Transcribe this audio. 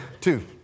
Two